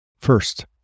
First